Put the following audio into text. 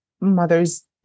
mothers